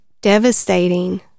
devastating